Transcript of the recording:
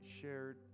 shared